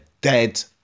dead